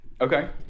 Okay